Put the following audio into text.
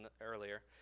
earlier